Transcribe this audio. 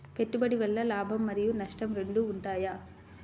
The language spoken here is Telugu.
పెట్టుబడి వల్ల లాభం మరియు నష్టం రెండు ఉంటాయా?